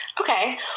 okay